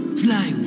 fly